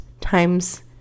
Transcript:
times